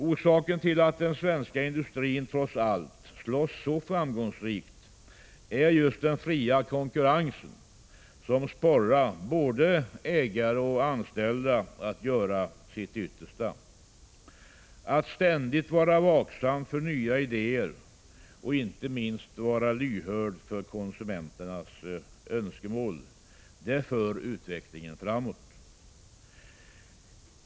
Orsaken till att den svenska industrin trots allt slåss så framgångsrikt är just den fria konkurrensen, som sporrar både ägare och anställda att göra sitt yttersta. Att ständigt vara vaksam för nya idéer och inte minst lyhörd för konsumenternas önskemål — det för utvecklingen framåt.